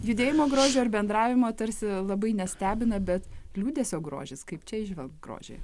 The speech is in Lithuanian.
judėjimo grožio ir bendravimo tarsi labai nestebina bet liūdesio grožis kaip čia įžvelgt grožį